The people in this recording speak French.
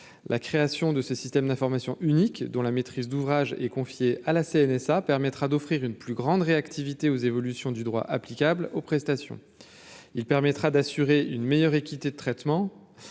la création de ce système d'information unique dont la maîtrise d'ouvrage est confié à la CNSA permettra d'offrir une plus grande réactivité aux évolutions du droit applicable aux prestations, il permettra d'assurer une meilleure équité de traitement